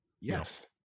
Yes